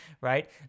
right